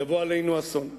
יבוא עלינו אסון.